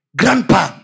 grandpa